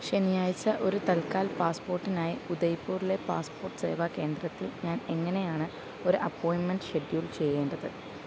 ശനിയാഴ്ച ഒരു തൽക്കാൽ പാസ്പോട്ടിനായി ഉദയ്പൂറിലെ പാസ്പോർട്ട് സേവാ കേന്ദ്രത്തിൽ ഞാൻ എങ്ങനെയാണ് ഒരു അപ്പോയിൻ്റ്മെൻ്റ് ഷെഡ്യൂൾ ചെയ്യേണ്ടത്